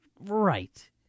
Right